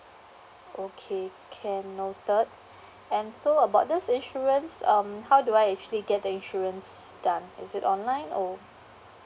okay can noted and so about this insurance um how do I actually get the insurance done is it online or